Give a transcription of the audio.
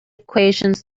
equations